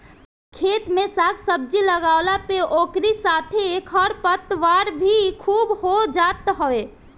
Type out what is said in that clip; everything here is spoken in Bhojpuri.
खेत में साग सब्जी लगवला पे ओकरी साथे खरपतवार भी खूब हो जात हवे